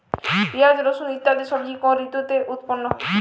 পিঁয়াজ রসুন ইত্যাদি সবজি কোন ঋতুতে উৎপন্ন হয়?